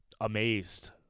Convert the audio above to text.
amazed